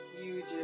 huge